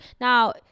Now